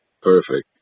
Perfect